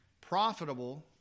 Profitable